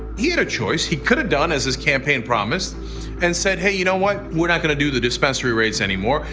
he had a choice. he coulda done as his campaign promised and said, hey, you know what? we're not gonna do the dispensary raids anymore.